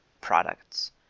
products